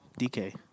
DK